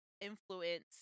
influence